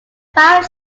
five